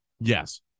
Yes